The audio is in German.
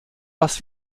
was